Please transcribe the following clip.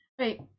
right